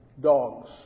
dogs